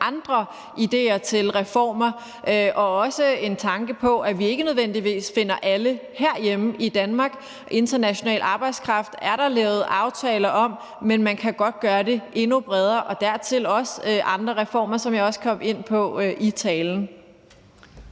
andre idéer til reformer og også en tanke på, at vi ikke nødvendigvis finder alle herhjemme i Danmark. International arbejdskraft er der lavet aftaler om, men man kan godt gøre det endnu bredere, og dertil er der også andre reformer, som jeg også kom ind på i talen.